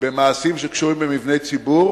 במעשים שקשורים במבני ציבור.